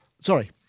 sorry